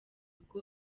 ubwo